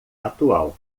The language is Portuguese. atual